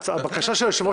צריך גם לתת דוגמה